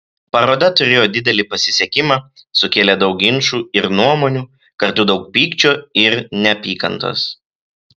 paroda turėjo didelį pasisekimą sukėlė daug ginčų ir nuomonių kartu daug pykčio ir neapykantos